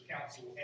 Council